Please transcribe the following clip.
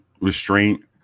restraint